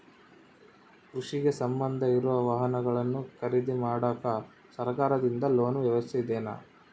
ಕೃಷಿಗೆ ಸಂಬಂಧ ಇರೊ ವಾಹನಗಳನ್ನು ಖರೇದಿ ಮಾಡಾಕ ಸರಕಾರದಿಂದ ಲೋನ್ ವ್ಯವಸ್ಥೆ ಇದೆನಾ?